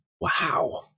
wow